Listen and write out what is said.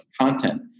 content